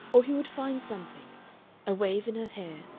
or he would find something a wave in her hair,